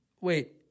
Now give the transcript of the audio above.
Wait